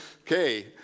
okay